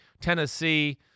Tennessee